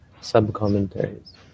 sub-commentaries